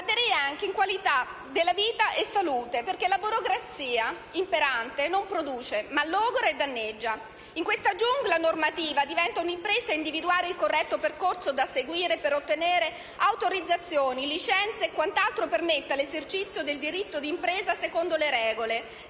in termini di qualità della vita e di salute, perché la burocrazia imperante non produce, ma logora e danneggia. In questa giungla normativa, diventa un'impresa individuare il corretto percorso da seguire per ottenere autorizzazioni, licenze e quant'altro permetta l'esercizio del diritto d'impresa secondo le regole,